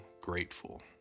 grateful